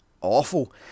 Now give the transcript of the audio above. awful